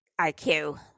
iq